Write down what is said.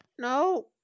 No